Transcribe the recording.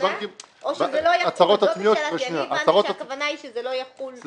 זאת השאלה כי אני הבנתי שהכוונה היא שזה לא יחול חצי שנה.